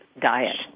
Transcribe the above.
diet